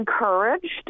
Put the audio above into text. encouraged